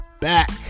back